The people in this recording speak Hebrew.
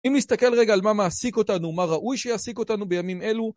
אם נסתכל רגע על מה מעסיק אותנו, מה ראוי שיעסיק אותנו בימים אלו